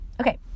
Okay